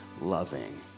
loving